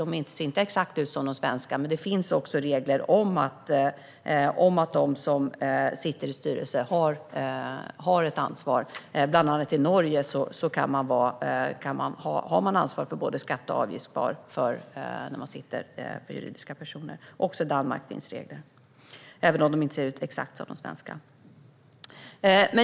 De ser inte exakt ut som de svenska, men det finns regler om att de som sitter i styrelser har ett ansvar. Bland annat i Norge har man ansvar för både skatter och avgifter när man sitter i styrelser för juridiska personer. Även i Danmark finns regler, även om de inte ser exakt ut som de svenska.